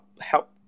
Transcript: help